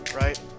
right